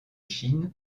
chine